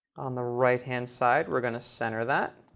on the right hand side, we're going to center that.